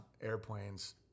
airplanes